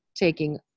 taking